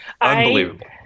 Unbelievable